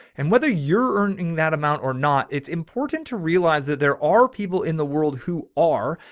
and whether you're earning that amount or not, it's important to realize that there are people in the world who are,